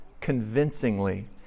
convincingly